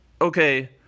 Okay